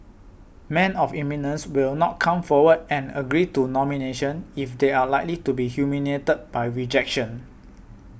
men of eminence will not come forward and agree to nomination if they are likely to be humiliated by rejection